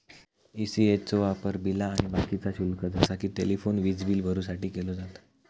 ECS चो वापर बिला आणि बाकीचा शुल्क जसा कि टेलिफोन, वीजबील भरुसाठी केलो जाता